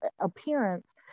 appearance